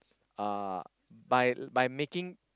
uh by by making